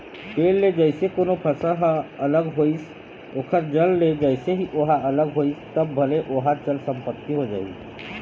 पेड़ ले जइसे कोनो फसल ह अलग होइस ओखर जड़ ले जइसे ही ओहा अलग होइस तब भले ओहा चल संपत्ति हो जाही